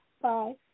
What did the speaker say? Bye